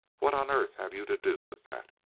what on earth have you to do with that